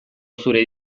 zure